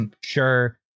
sure